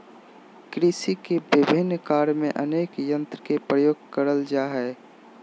कृषि के भिन्न भिन्न कार्य में अनेक यंत्र के प्रयोग करल जा हई